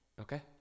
okay